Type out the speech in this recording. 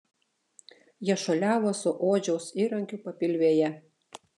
jie šuoliavo su odžiaus įrankiu papilvėje